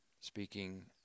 speaking